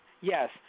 Yes